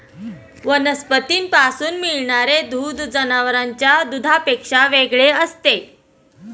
वनस्पतींपासून मिळणारे दूध जनावरांच्या दुधापेक्षा वेगळे असते